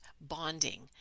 bonding